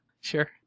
sure